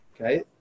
okay